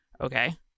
Okay